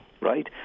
Right